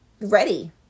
Ready